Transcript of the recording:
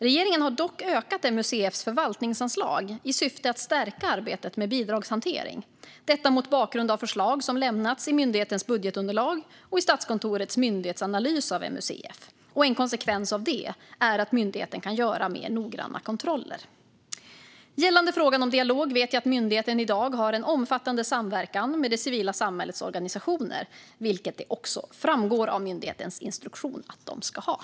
Regeringen har dock ökat MUCF:s förvaltningsanslag i syfte att stärka arbetet med bidragshantering - detta mot bakgrund av förslag som lämnats i myndighetens budgetunderlag och i Statskontorets myndighetsanalys av MUCF. En konsekvens av det är att myndigheten kan göra mer noggranna kontroller. Gällande frågan om dialog vet jag att myndigheten i dag har en omfattande samverkan med det civila samhällets organisationer, vilket det också framgår av myndighetens instruktion att myndigheten ska ha.